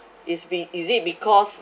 it's be~ is it because